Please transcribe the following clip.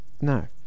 no